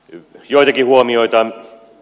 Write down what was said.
joitakin huomioita